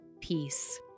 Peace